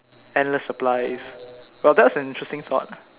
endless supplies well that's an interesting thought